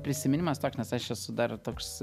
prisiminimas toks nes aš esu dar toks